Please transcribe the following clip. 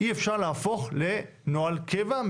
אי אפשר להפוך לנוהל קבע,